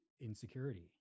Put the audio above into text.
insecurity